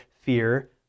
fear